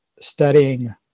studying